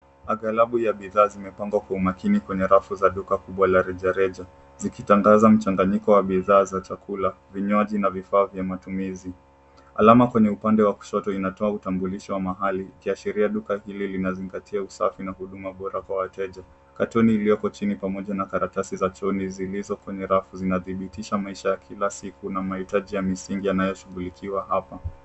Angalabu ya bidhaa zimepangwa kwa umakini kwenye rafu kubwa za rejareja zikitangaza mchanganyiko wa bidhaa za chakula, vinywaji na vifaa vya matumizi. Alama kwenye upande wa kushoto inatoa utambulisho wa mahali ukiashiria duka hili linazingatia usafi na huduma bora kwa wateja. Katoni iliyoko chini pamoja na karatasi za chooni zilizo kwenye zinadhibitisha maisha ya kila siku na mahitaji ya misingi yanayoshughulikiwa hapa.